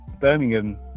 Birmingham